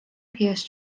pierce